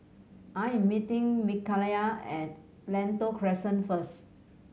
I am meeting Mikayla at Lentor Crescent first